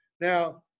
Now